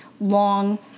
long